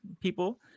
people